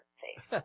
face